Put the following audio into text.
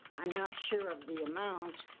i'm not sure of the amount,